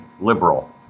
liberal